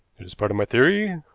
it is part of my theory,